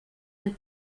and